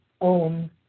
own